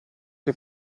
che